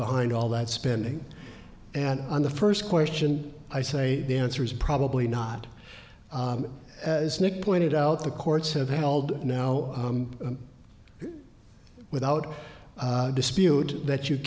behind all that spending and on the first question i say the answer is probably not as nick pointed out the courts have held now without dispute that you